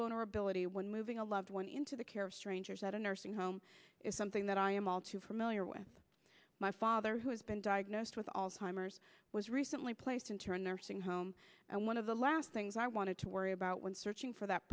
vulnerability when moving a loved one into the care of strangers at a nursing home is something that i am all too familiar with my father who has been diagnosed with alzheimer's was recently placed in turn their sing home and one of the last things i wanted to worry about when searching for that